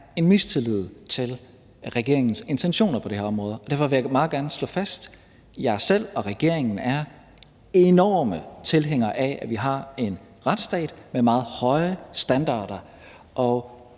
en mistillid til regeringens intentioner på det her område. Derfor vil jeg meget gerne slå fast, at jeg selv og regeringen er enorme tilhængere af, at vi har en retsstat med meget høje standarder,